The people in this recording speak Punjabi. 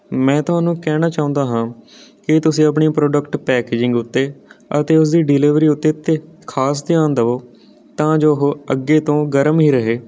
ਮੈਂ ਤੁਹਾਨੂੰ ਕਹਿਣਾ ਚਾਹੁੰਦਾ ਹਾਂ ਕਿ ਤੁਸੀਂ ਆਪਣੀ ਪ੍ਰੋਡਕਟ ਪੈਕਜਿੰਗ ਉੱਤੇ ਅਤੇ ਉਸਦੀ ਡਿਲੀਵਰੀ ਉੱਤੇ ਉੱਤੇ ਖਾਸ ਧਿਆਨ ਦੇਵੋ ਤਾਂ ਜੋ ਉਹ ਅੱਗੇ ਤੋਂ ਗਰਮ ਹੀ ਰਹੇ